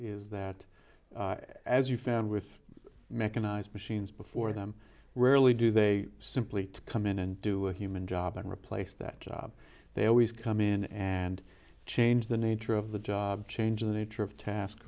is that as you found with mechanized machines before them rarely do they simply to come in and do a human job and replace that job they always come in and change the nature of the job change the nature of task